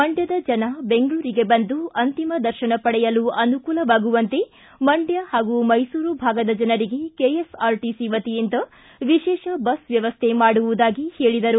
ಮಂಡ್ಯದ ಜನ ಬೆಂಗಳೂರಿಗೆ ಬಂದು ಅಂತಿಮ ದರ್ಶನ ಪಡೆಯಲು ಅನುಕೂಲವಾಗುವಂತೆ ಮಂಡ್ದ ಹಾಗೂ ಮೈಸೂರು ಭಾಗದ ಜನರಿಗೆ ಕೆಎಸ್ಆರ್ಟಿಒಯಿಂದ ವಿಶೇಷ ಬಸ್ ವ್ಯವಸ್ಥೆ ಮಾಡುವುದಾಗಿ ಹೇಳಿದರು